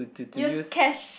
use cash